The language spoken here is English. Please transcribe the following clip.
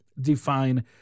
define